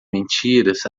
mentiras